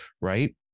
right